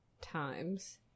times